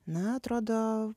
na atrodo